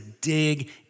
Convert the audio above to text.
dig